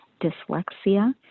dyslexia